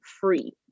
free